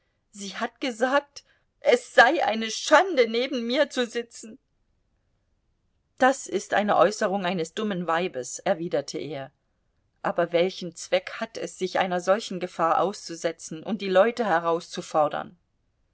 sie hat gesagt es sei eine schande neben mir zu sitzen das ist eine äußerung eines dummen weibes erwiderte er aber welchen zweck hat es sich einer solchen gefahr auszusetzen und die leute herauszufordern